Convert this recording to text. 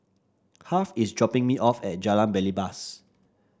Harve is dropping me off at Jalan Belibas